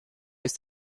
ist